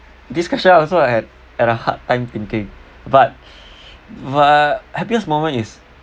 this question also I had had a hard time thinking but but happiest moment is